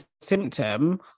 symptom